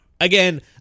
Again